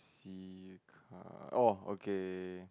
see car orh okay